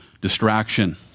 distraction